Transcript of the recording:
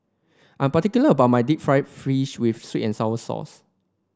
I'm particular about my Deep Fried Fish with sweet and sour sauce